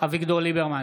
אביגדור ליברמן,